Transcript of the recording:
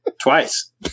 Twice